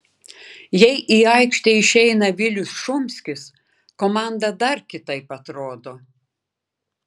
jei į aikštę išeina vilius šumskis komanda dar kitaip atrodo